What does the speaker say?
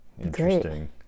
interesting